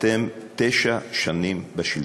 אתם תשע שנים בשלטון.